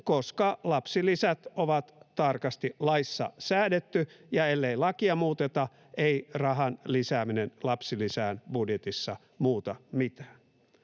koska lapsilisät on tarkasti laissa säädetty, ja ellei lakia muuteta, ei rahan lisääminen lapsilisään budjetissa muuta mitään.